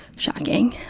shocking.